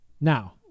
Now